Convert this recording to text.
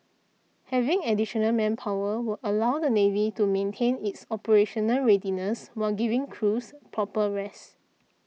having additional manpower will allow the navy to maintain its operational readiness while giving crews proper rest